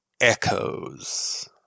echoes